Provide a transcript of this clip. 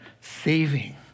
saving